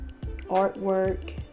artwork